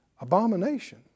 abomination